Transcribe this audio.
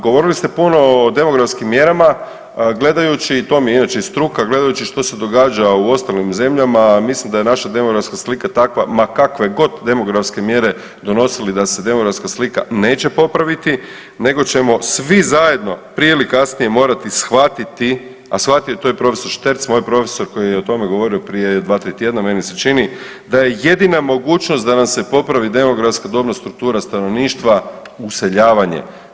Govorili ste puno o demografskim mjerama, gledajući to mi je inače i struka, gledajući što se događa u ostalim zemljama mislim da je naša demografska slika takva ma kakve god demografske mjere donosili da se demografska slika neće popraviti nego ćemo svi zajedno prije ili kasnije morati shvatiti, a shvatio je to i profesor Šterc moj profesor koji je o tome govorio prije 2-3 tjedna meni se čini, da je jedina mogućnost da nam se popravi demografska dobna struktura stanovništva useljavanje.